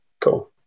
Cool